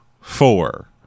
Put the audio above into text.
four